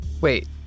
Wait